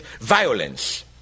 violence